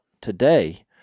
today